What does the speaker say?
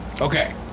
Okay